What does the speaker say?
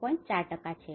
4 છે